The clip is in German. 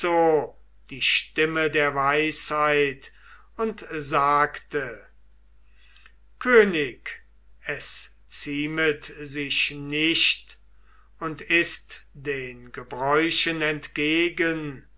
die stimme der weisheit und sagte könig es ziemet sich nicht und ist den gebräuchen entgegen